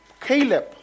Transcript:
Caleb